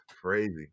crazy